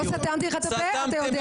לא שמתי לך את הפה, אתה יודע את זה.